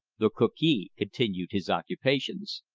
the cookee continued his occupations.